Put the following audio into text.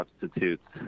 substitutes